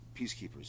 peacekeepers